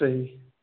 صحی